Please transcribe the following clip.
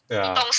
yeah